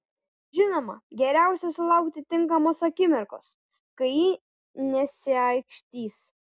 žinoma geriausia sulaukti tinkamos akimirkos kai ji nesiaikštys